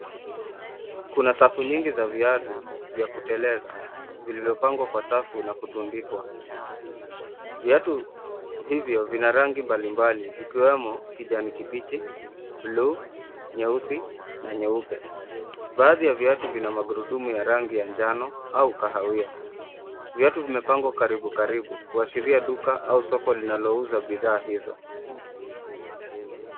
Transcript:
Kuna safu nyingi za viatu vya kuteleza, vilivyopangwa kwa safu na kutundikwa. Viatu hivyo vina rangi mbalimbali vikiwemo kijani kibichi, bluu, nyeusi na nyeupe. Baadhi ya viatu vina magurudumu ya rangi ya njano au kahawia. Viatu vimepangwa karibu karibu kuashiria duka au soko linalouza bidhaa hizo.